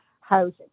housing